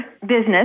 business